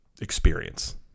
experience